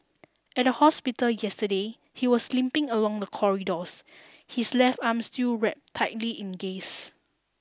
at the hospital yesterday he was limping along the corridors his left arm still wrapped tightly in gaze